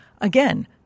again –